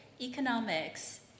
economics